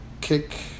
kick